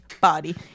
body